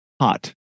hot